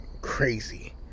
Crazy